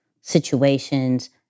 situations